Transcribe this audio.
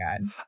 God